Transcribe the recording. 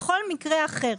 בכל מקרה אחר,